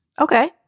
Okay